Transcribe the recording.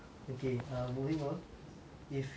okay err moving on